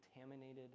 contaminated